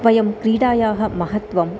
वयं क्रीडायाः महत्वस्य